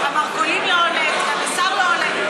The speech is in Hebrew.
המרכולים לא עולה, לא עולה.